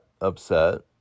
upset